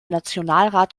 nationalrat